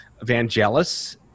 Vangelis